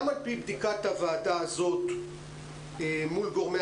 גם על-פי בדיקת הוועדה הזאת מול גורמי